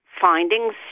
findings